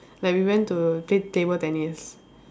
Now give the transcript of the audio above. like we went to play table tennis